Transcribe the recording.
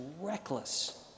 reckless